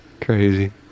Crazy